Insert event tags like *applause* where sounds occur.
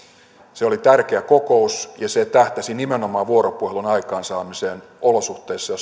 se oli tärkeä kokous ja se tähtäsi nimenomaan vuoropuhelun aikaansaamiseen olosuhteissa *unintelligible*